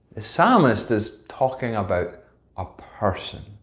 the psalmist is talking about a person.